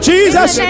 Jesus